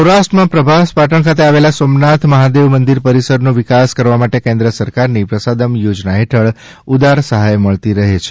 સૌરાષ્ટ્રમાં પ્રભાસ પાટણ ખાતે આવેલા સોમનાથ મહાદેવ મંદિર પરિસરનો વિકાસ કરવા માટે કેન્દ્ર સરકારની પ્રસાદમ યોજના હેઠળ ઉદાર સહાય મળતી રહે છે